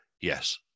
yes